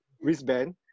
wristband